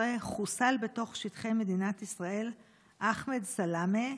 חוסל בתוך שטחי מדינת ישראל אחמד סלאמה,